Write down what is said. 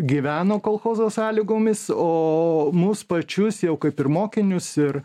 gyveno kolchozo sąlygomis o mus pačius jau kaip ir mokinius ir